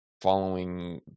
following